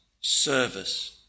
service